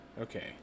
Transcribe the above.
Okay